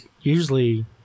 usually